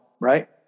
Right